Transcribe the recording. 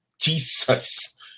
Jesus